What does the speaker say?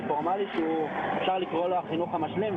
פורמלי שאפשר לקרוא לו החינוך המשלים,